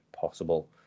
possible